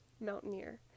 mountaineer